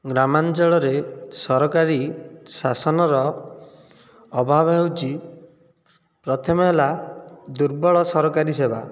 ଗ୍ରାମାଞ୍ଚଳରେ ସରକାରୀ ଶାସନର ଅଭାବ ହେଉଛି ପ୍ରଥମେ ହେଲା ଦୁର୍ବଳ ସରକାରୀ ସେବା